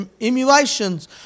emulations